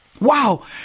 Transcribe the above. wow